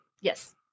Yes